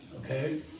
Okay